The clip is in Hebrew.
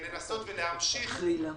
זהו נושא שמצריך דיון נפרד.